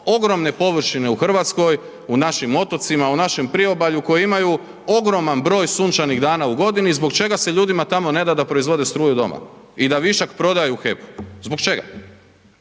ogromne površine u Hrvatskoj, u našim otocima, u našem priobalju koji imaju ogroman broj sunčanih dana godini, zbog čega se ljudima tamo ne da da proizvode struju doma i da višak prodaju u HEP, zbog čega?